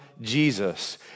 Jesus